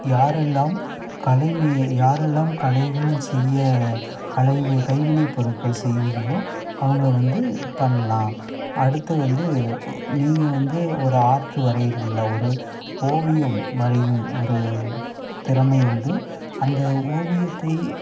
யாரெல்லாம் கலை மீ யாரெல்லாம் கலைகள் செய்ய கலைக கைவினைப் பொருட்கள் செய்வீங்களோ அவங்க வந்து பண்ணலாம் அடுத்து வந்து ஒ நீங்கள் வந்து ஒரு ஆர்ட் வரையிறீங்கள்லை ஒரு ஓவியம் வரையும் ஒரு திறமை உண்டு அந்த ஓவியத்தை